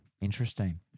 Interesting